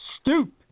Stoop